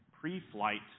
pre-flight